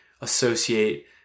associate